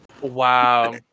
Wow